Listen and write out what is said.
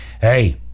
Hey